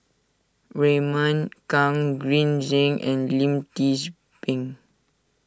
Raymond Kang Green Zeng and Lim Tze Peng